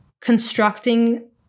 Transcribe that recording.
constructing